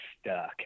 stuck